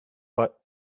but